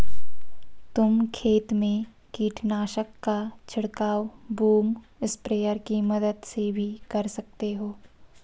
तुम खेत में कीटनाशक का छिड़काव बूम स्प्रेयर की मदद से भी कर सकते हो